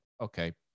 Okay